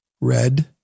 red